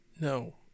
No